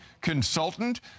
consultant